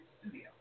studio